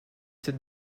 cette